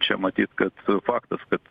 čia matyt kad faktas kad